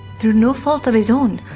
through no fault of his own,